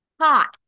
hot